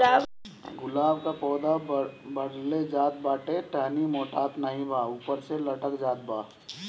गुलाब क पौधा बढ़ले जात बा टहनी मोटात नाहीं बा ऊपर से लटक जात बा?